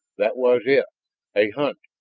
that was it a hunt!